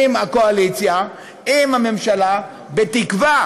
עם הקואליציה, עם הממשלה, בתקווה